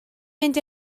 mynd